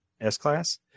S-Class